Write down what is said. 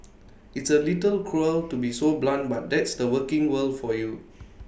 it's A little cruel to be so blunt but that's the working world for you